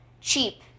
cheap